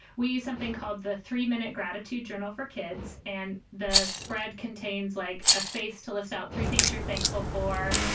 we use something called the three minute gratitude journal for kids, and the spread contains like a space to list out three things you're thankful for.